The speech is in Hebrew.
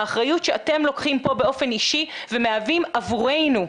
האחריות שאתם לוקחים פה באופן אישי ומהווים עבורנו,